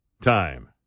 time